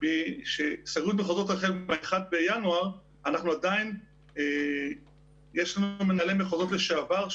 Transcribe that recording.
סגרו את מחוזות רח"ל ב-1 בינואר עדיין יש לנו מנהלי מחוזות לשעבר,